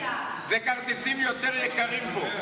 זה כרטיסים יותר יקרים פה.